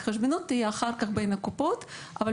ההתחשבנות היא אחר כך בין הקופות אבל